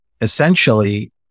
essentially